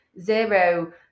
zero